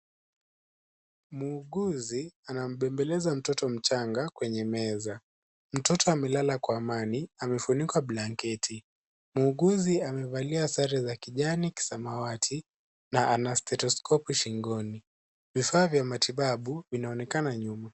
Muuguzi anambembeleza mtoto mchanga kwenye meza. Mtoto amelala kwa amani, amefunikwa blanketi. Muuguzi amevalia sare za kijani kisamawati na ana stetoskopu shingoni. Vifaa vya matibabu vinaonekana nyuma.